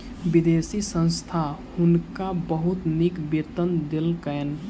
विदेशी संस्था हुनका बहुत नीक वेतन देलकैन